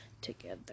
together